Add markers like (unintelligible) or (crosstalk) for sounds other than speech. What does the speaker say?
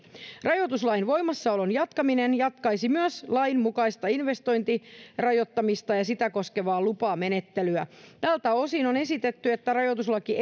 rajoituslain voimassaolon jatkaminen jatkaisi myös lain mukaista investointirajoittamista ja sitä koskevaa lupamenettelyä tältä osin on esitetty että rajoituslaki (unintelligible)